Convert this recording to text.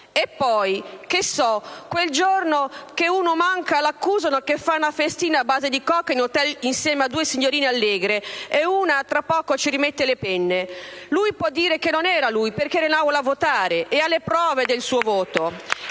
E poi... che so, quel giorno che uno manca l'accusano che fa 'na festina a base di coca in hotel insieme a due signorine allegre e una tra un po' ce rimette le penne... lui po' dire che non era lui, perché era in Aula a votare... e ha le prove del suo voto...